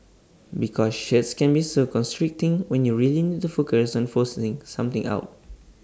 because shirts can be so constricting when you really need to focus on forcing something out